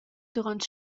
duront